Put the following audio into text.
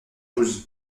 douze